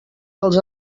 dels